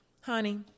Honey